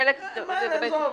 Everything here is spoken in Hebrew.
עזוב,